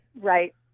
Right